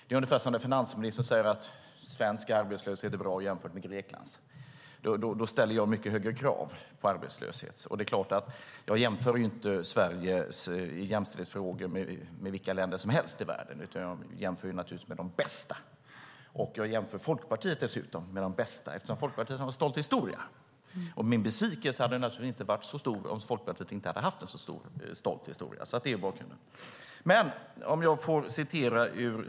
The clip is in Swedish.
Det är ungefär som när finansministern säger att svensk arbetslöshet är bra jämfört med Greklands. Då ställer jag mycket högre krav. Jag jämför såklart inte Sveriges jämställdhetsfrågor med vilka länder som helst i världen, utan jag jämför med de bästa. Jag jämför dessutom Folkpartiet med de bästa, eftersom Folkpartiet har en stolt historia. Min besvikelse hade naturligtvis inte varit så stor om Folkpartiet inte hade haft en så stolt historia. Det är alltså bakgrunden.